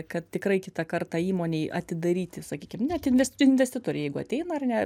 kad tikrai kitą kartą įmonei atidaryti sakykim net inves investitoriai jeigu ateina ar ne